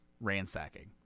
ransacking